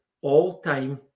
all-time